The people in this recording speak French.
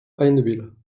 hainneville